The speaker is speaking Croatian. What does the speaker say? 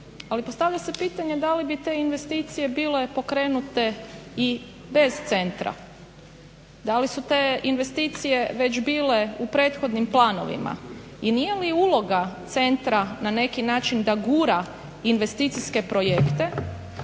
ali postavlja se pitanje da li bi te investicije bile pokrenute i bez centra, da li su te investicije već bile u prethodnim planovima i nije li uloga centra na neki način da gura investicijske projekte